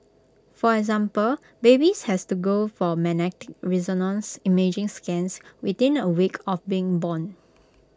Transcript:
for example babies had to go for magnetic resonance imaging scans within A week of being born